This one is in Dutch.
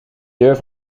deur